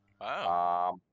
Wow